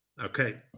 Okay